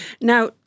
Now